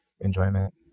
enjoyment